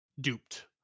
duped